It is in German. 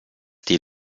die